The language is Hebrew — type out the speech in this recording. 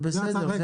זה בסדר.